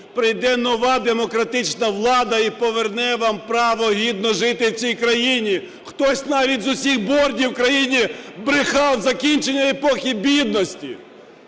прийде нова демократична влада і поверне вам право гідно жити в цій країні. Хтось навіть з усіх бордів в країні брехав: закінчення епохи бідності.